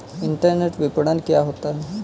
Internet विपणन क्या होता है?